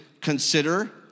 consider